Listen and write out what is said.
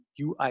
UI